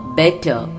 better